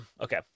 Okay